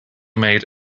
made